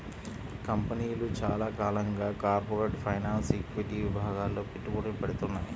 కంపెనీలు చాలా కాలంగా కార్పొరేట్ ఫైనాన్స్, ఈక్విటీ విభాగాల్లో పెట్టుబడులు పెడ్తున్నాయి